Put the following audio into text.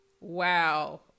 Wow